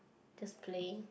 just playing